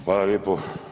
Hvala lijepo.